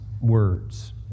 words